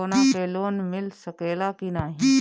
सोना पे लोन मिल सकेला की नाहीं?